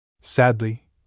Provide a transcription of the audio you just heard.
Sadly